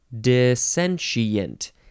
Dissentient